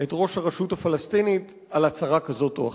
את ראש הרשות הפלסטינית על הצהרה כזאת או אחרת.